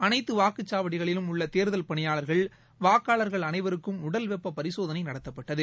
அனைத்து வாக்குச்சாவடிகளிலும் உள்ள தேர்தல் பணியாளர்கள் வாக்காளர்கள் அனைவருக்கும் உடல்வெப்ப பரிசோதனை நடத்தப்பட்டது